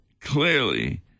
clearly